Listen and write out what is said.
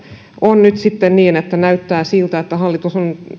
on nyt sitten niin että näyttää siltä että hallitus on